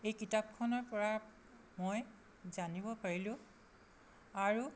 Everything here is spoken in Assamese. এই কিতাপখনৰ পৰা মই জানিব পাৰিলোঁ আৰু